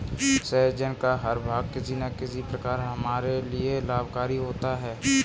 सहजन का हर भाग किसी न किसी प्रकार हमारे लिए लाभकारी होता है